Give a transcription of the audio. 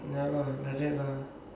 ya lah like that lah